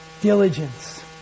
Diligence